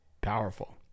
powerful